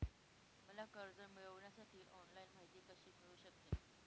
मला कर्ज मिळविण्यासाठी ऑनलाइन माहिती कशी मिळू शकते?